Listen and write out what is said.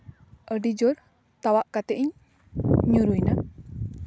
ᱦᱚᱲ ᱛᱟᱞᱟᱨᱮ ᱟᱹᱰᱤ ᱡᱳᱨ ᱛᱟᱣᱟᱜ ᱠᱟᱛᱮᱫ ᱤᱧ ᱧᱩᱨᱦᱩᱭ ᱮᱱᱟ